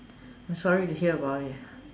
I'm sorry to hear about it